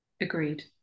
Agreed